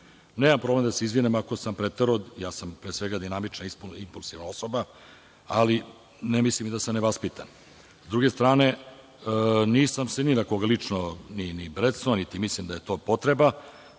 traju. Nemam problem da se izvinim ako sam preterao, ja sam pre svega dinamična i impulsivna osoba, ali ne mislim ni da sam nevaspitan. S druge strane, nisam se ni na koga lično ni brecnuo, niti mislim da je to potreba.